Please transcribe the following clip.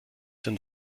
denn